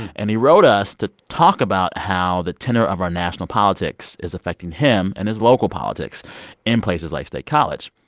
and he wrote us to talk about how the tenor of our national politics is affecting him and his local politics in places like state college.